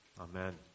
Amen